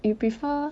you prefer